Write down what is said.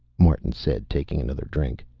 martin said, taking another drink.